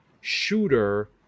shooter